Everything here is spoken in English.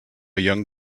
young